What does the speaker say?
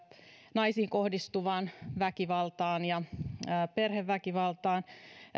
naisiin kohdistuvaan väkivaltaan ja perheväkivaltaan